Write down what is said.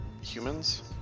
humans